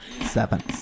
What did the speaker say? seven